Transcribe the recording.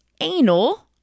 anal